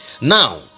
Now